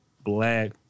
black